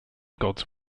gods